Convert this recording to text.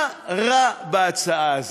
מה רע בהצעה הזאת?